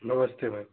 नमस्ते मैम